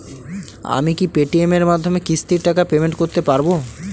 আমি কি Paytm এর মাধ্যমে কিস্তির টাকা পেমেন্ট করতে পারব?